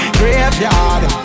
graveyard